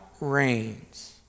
reigns